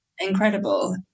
incredible